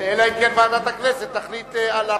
אלא אם כן ועדת הכנסת תחליט על אבסורד,